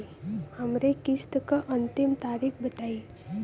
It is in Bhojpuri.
हमरे किस्त क अंतिम तारीख बताईं?